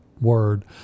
word